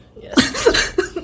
Yes